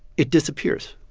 it disappears.